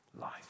life